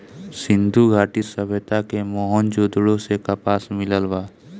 सिंधु घाटी सभ्यता के मोहन जोदड़ो से कपास मिलल बा